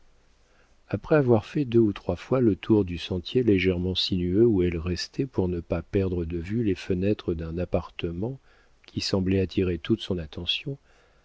après avoir fait deux ou trois fois le tour du sentier légèrement sinueux où elle restait pour ne pas perdre de vue les fenêtres d'un appartement qui semblait attirer toute son attention